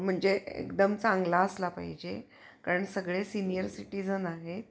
म्हणजे एकदम चांगला असला पाहिजे कारण सगळे सिनियर सिटीजन आहेत